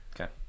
Okay